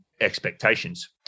expectations